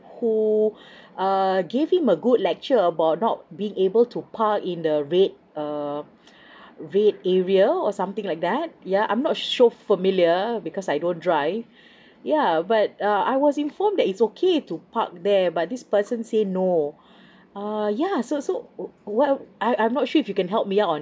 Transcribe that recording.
who err give him a good lecture about not being able to park in the red err red area or something like that yeah I'm not so familiar because I don't drive yeah but uh I was informed that it's okay to park there but this person say no err yeah so so what what I I'm not sure if you can help me out on